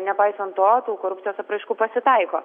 nepaisant to tų korupcijos apraiškų pasitaiko